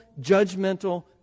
judgmental